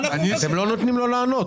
אתם לא נותנים לו לענות.